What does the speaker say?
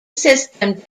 system